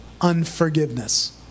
unforgiveness